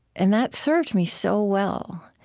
and that served me so well.